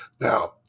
Now